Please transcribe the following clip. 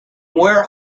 where